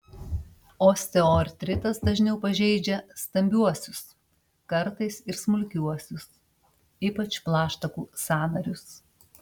osteoartritas dažniau pažeidžia stambiuosius kartais ir smulkiuosius ypač plaštakų sąnarius